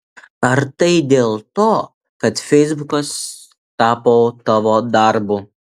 ar tai dėl to kad feisbukas tapo tavo darbu